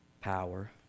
power